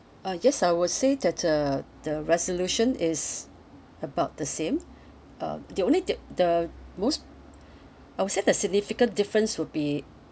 uh yes I would say that the the resolution is about the same um the only di~ the most I would say the significant difference will be